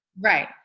Right